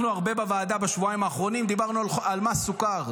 אנחנו הרבה בוועדה בשבועיים האחרונים דיברנו על מס סוכר.